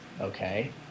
Okay